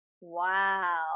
Wow